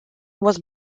was